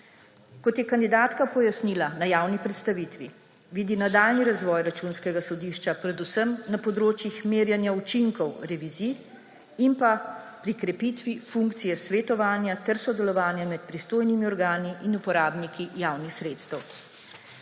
Kot je kandidatka pojasnila na javni predstavitvi, vidi nadaljnji razvoj Računskega sodišča predvsem na področjih merjenja učinkov revizij in pa pri krepitvi funkcije svetovanja ter sodelovanja med pristojnimi organi in uporabniki javnih sredstev.